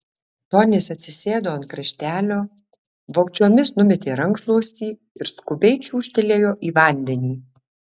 tonis atsisėdo ant kraštelio vogčiomis numetė rankšluostį ir skubiai čiūžtelėjo į vandenį